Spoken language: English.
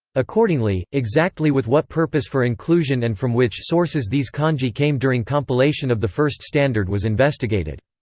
accordingly, exactly with what purpose for inclusion and from which sources these kanji came during compilation of the first standard was investigated.